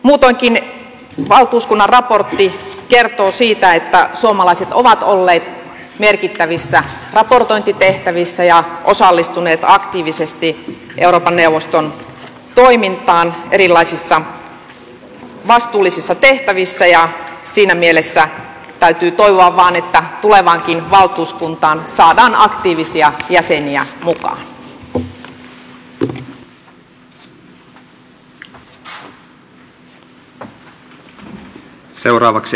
muutoinkin valtuuskunnan raportti kertoo siitä että suomalaiset ovat olleet merkittävissä raportointitehtävissä ja osallistuneet aktiivisesti euroopan neuvoston toimintaan erilaisissa vastuullisissa tehtävissä ja siinä mielessä täytyy toivoa vain että tulevaankin valtuuskuntaan saadaan aktiivisia jäseniä mukaan